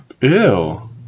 Ew